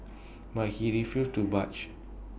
but he refused to budge